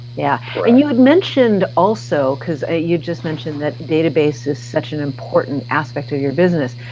yeah and you had mentioned also, because you just mentioned that database is such an important aspect of your business.